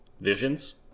visions